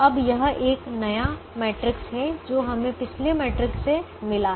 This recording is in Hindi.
अब यह एक नया मैट्रिक्स है जो हमें पिछले मैट्रिक्स से मिला है